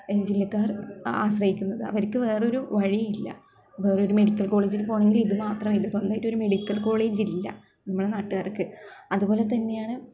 ജില്ലക്കാർ ആശ്രയിക്കുന്നത് അവർക്ക് വേറൊരു വഴിയില്ല വേറൊരു മെഡിക്കൽ കോളേജിൽ പോകണമെങ്കിൽ ഇത് മാത്രമേ സ്വന്തമായിട്ടൊരു മെഡിക്കൽ കോളേജില്ല നമ്മുടെ നാട്ടുകാർക്ക് അതുപോലെ തന്നെയാണ്